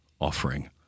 offering